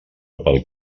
pel